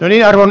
ääniä on